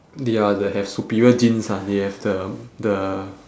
they are the have superior genes ah they have the the